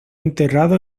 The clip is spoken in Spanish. enterrado